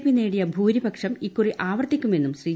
P നേടിയ ഭൂരിപക്ഷം ഇക്കുറി ആവർത്തിക്കുമെന്നും ശ്രീ